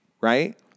right